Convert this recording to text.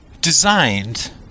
designed